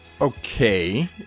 Okay